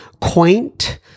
quaint